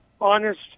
honest